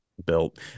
built